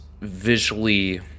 visually